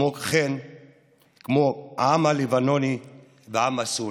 כמו עם העם הלבנוני והעם הסורי.